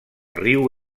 riu